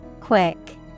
Quick